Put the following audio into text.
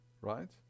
Right